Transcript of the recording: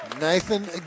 Nathan